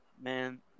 man